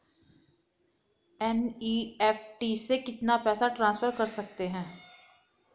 NEFT से कितना पैसा ट्रांसफर कर सकते हैं?